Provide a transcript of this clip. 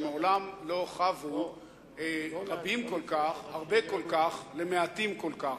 שמעולם לא חבו רבים כל כך הרבה כל כך למעטים כל כך.